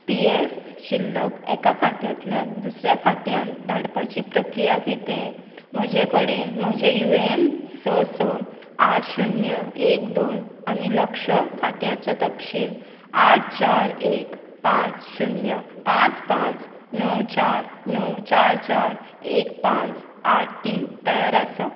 P F शिल्लक एका खात्यांतल्यान दुसऱ्या खात्यांत धाडपाची प्रक्रिया कितें म्हजे कडेन म्हजें यु ए एन स स आठ शुन्य एक दोन आनी लक्ष खात्याचो तपशील आठ चार एक पांच शुन्य पांच पांच णव चार णव चार चार एक पांच आठ तीन तयार आसा